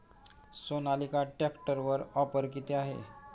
सोनालिका ट्रॅक्टरवर ऑफर किती आहे?